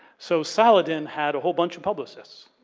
so, saladin had a whole bunch of publicists.